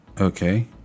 okay